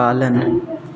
पालन